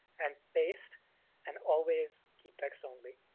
and paste and always keep text only.